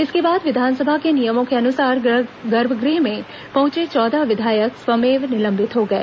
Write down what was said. इसके बाद विधानसभा के नियमों के अनुसार गर्भगृह में पहुंचे चौदह विधायक स्वमेव निलंबित हो गए